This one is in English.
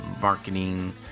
Marketing